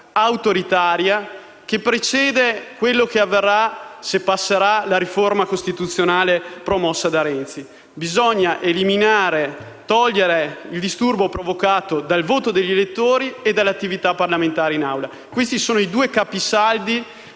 autoritaria che precede quanto avverrà se passerà la riforma costituzionale promossa da Renzi. Bisogna eliminare il disturbo provocato dal voto degli elettori e dall'attività parlamentare in Assemblea: questi sono i due capisaldi